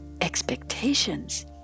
expectations